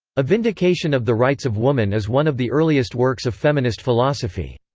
a vindication of the rights of woman is one of the earliest works of feminist philosophy.